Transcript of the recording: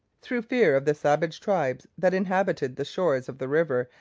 through fear of the savage tribes that inhabited the shores of the river,